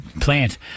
plant